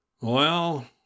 Well